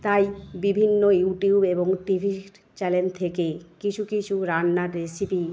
তাই বিভিন্ন ইউটিউব এবং টিভির চ্যানেল থেকে কিছু কিছু রান্নার রেসিপি